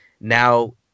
now